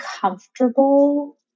comfortable